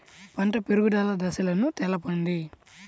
పంట పెరుగుదల దశలను తెలపండి?